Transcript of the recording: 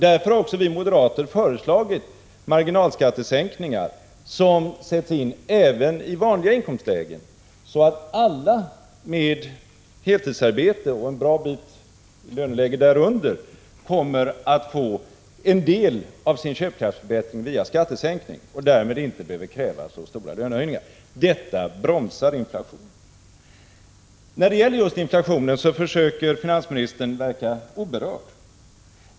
Därför har vi moderater föreslagit marginalskattesänkningar som sätts in även i vanliga inkomstlägen och i inkomstlägen en bra bit därunder, så att alla med heltidsarbete kommer att få en del av sin köpkraftsförbättring via skattesänkning och därmed inte behöver kräva så stora lönehöjningar. Detta bromsar inflationen. När det gäller just inflationen försöker finansministern verka oberörd.